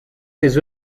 ses